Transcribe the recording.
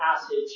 passage